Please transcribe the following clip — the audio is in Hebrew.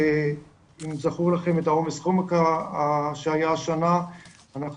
אם זכור לכם את העומס חום שהיה השנה אנחנו